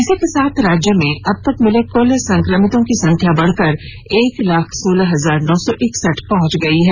इसी के साथ राज्य में अबतक मिले कुल संक्रमितों की संख्या बढ़कर एक लाख सोलह हजार नौ सौ इकसठ पहुंच गई है